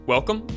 Welcome